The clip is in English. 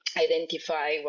identify